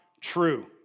true